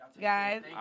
Guys